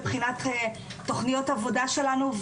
מבחינת תוכניות עבודה שלנו,